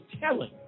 telling